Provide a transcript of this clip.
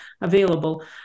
available